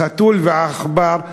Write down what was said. החתול והעכבר,